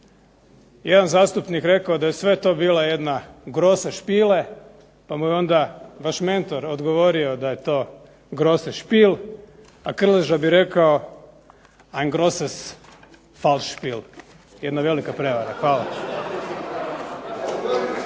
jedan zastupnik rekao da je sve to bila jedna "grose spiele" pa mu je onda vaš mentor odgovorio da je to "grose spiel", a Krleža bi rekao "Ein groses false spiel – jedna velika prevara." Hvala.